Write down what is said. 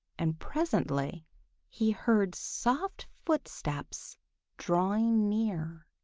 and presently he heard soft footsteps drawing near.